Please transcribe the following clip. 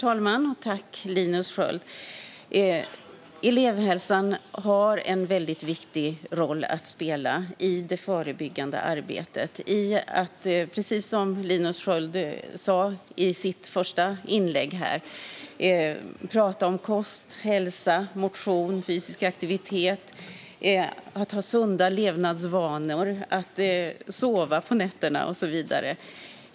Herr talman! Elevhälsan har en väldigt viktig roll att spela i det förebyggande arbetet och - precis som Linus Sköld sa i sitt första inlägg - i att tala om kost, hälsa, motion, fysisk aktivitet, att ha sunda levnadsvanor, att sova på nätterna och så vidare.